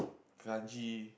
kranji